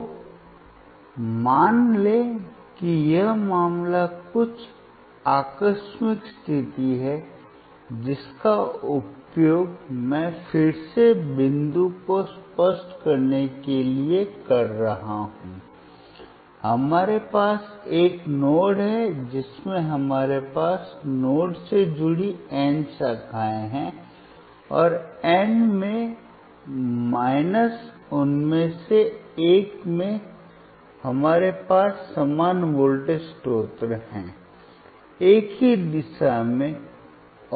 तो मान लें कि यह मामला कुछ आकस्मिक स्थिति है जिसका उपयोग मैं फिर से बिंदु को स्पष्ट करने के लिए कर रहा हूं हमारे पास एक नोड है जिसमें हमारे पास नोड से जुड़ी n शाखाएं हैं और n में उनमें से एक में हमारे पास समान वोल्टेज स्रोत हैं एक ही दिशा में